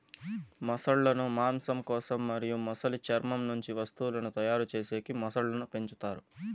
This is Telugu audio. మొసళ్ళ ను మాంసం కోసం మరియు మొసలి చర్మం నుంచి వస్తువులను తయారు చేసేకి మొసళ్ళను పెంచుతారు